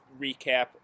recap